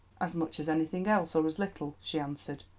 as much as anything else, or as little, she answered.